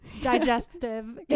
digestive